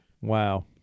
Wow